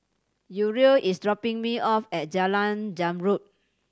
Uriel is dropping me off at Jalan Zamrud